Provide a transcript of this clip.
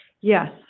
Yes